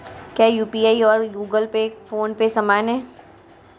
क्या यू.पी.आई और Google Pay PhonePe समान हैं?